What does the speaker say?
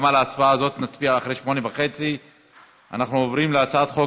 גם על ההצעה הזאת נצביע אחרי 20:30. אנחנו עוברים להצעת חוק